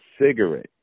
cigarette